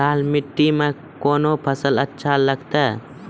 लाल मिट्टी मे कोंन फसल अच्छा लगते?